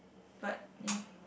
but ya